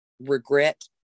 regret